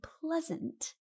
pleasant